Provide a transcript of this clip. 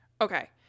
Okay